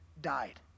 died